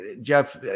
jeff